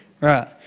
Right